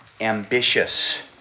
ambitious